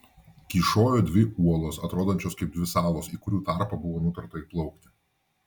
kyšojo dvi uolos atrodančios kaip dvi salos į kurių tarpą buvo nutarta įplaukti